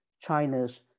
China's